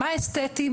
מה אסתטי,